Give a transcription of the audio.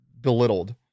belittled